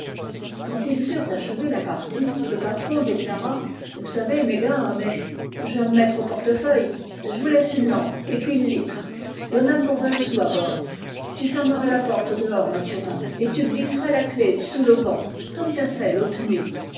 quand ils eurent achevé la partie le patron déclara vous savez mes gars mé j va m mettre au portefeuille j'vous laisse une lampe et pi r litre y en a pour vingt sous à bord tu fermeras la porte au dehors mathurin et tu glisseras la clef d'sous l'auvent comme t'as fait faut nuit